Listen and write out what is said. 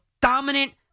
dominant